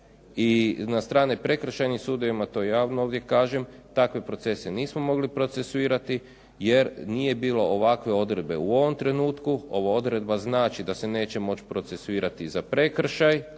i na strane prekršajnim sudovima, to javno ovdje kažem. Takve procese nismo mogli procesuirati jer nije bilo ovakve odredbe u ovom trenutku. Ova odredba znači da se neće moći procesuirati za prekršaj